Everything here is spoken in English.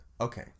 Okay